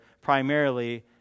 primarily